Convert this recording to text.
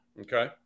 Okay